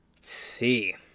See